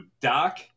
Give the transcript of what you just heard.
Doc